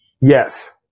Yes